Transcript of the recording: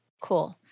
Cool